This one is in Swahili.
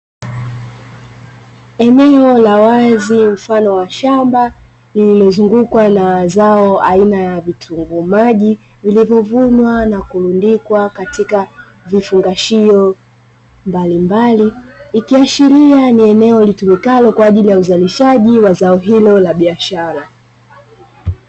Eneo la wazi mfano wa shamba lililozungukwa na zao aina ya vitunguu maji vilivyovunwa na kurundikwa katika vifungashio mbalimbali ikiashiria ni eneo litumikalo kwa ajili ya uzalishaji wa zao hilo la biashara.